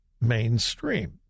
mainstream